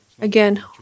Again